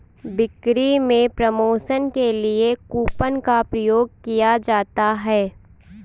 बिक्री में प्रमोशन के लिए कूपन का प्रयोग किया जाता है